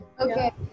Okay